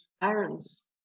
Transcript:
parents